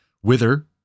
whither